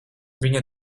viņa